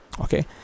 okay